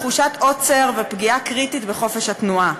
תחושת עוצר ופגיעה קריטית בחופש התנועה,